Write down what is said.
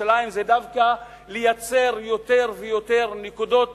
בירושלים זה דווקא לייצר יותר ויותר נקודות